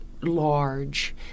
large